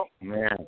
Man